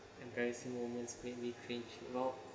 embarrassing moments make me cringe oh